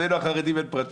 אצלנו החרדים אין פרטיות.